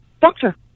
doctor